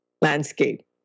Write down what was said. landscape